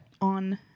on